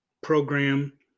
program